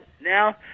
now